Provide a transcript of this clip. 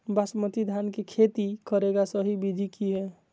बासमती धान के खेती करेगा सही विधि की हय?